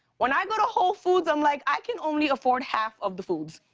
when i go to whole foods, i'm like, i can only afford half of the foods.